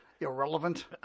Irrelevant